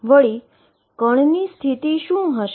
વળી પાર્ટીકલની સ્થિતિ શુ હશે